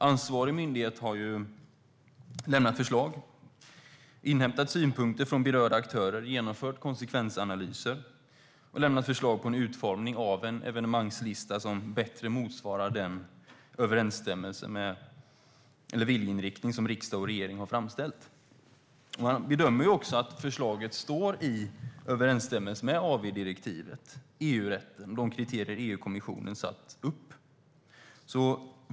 Ansvarig myndighet har inhämtat synpunkter från berörda aktörer, genomfört konsekvensanalyser och lämnat förslag på utformning av en evenemangslista som bättre motsvarar den viljeinriktning riksdag och regering har framställt. Man bedömer också att förslaget står i överensstämmelse med AV-direktivet, EU-rätten och de kriterier EU-kommissionen har satt upp.